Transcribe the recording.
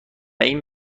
این